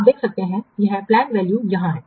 आप देख सकते हैं यहपलैंड वैल्यू यहाँ है